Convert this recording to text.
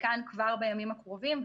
חלקן כבר בימים הקרובים,